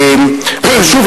ושוב,